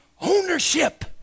ownership